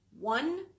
One